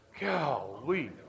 Golly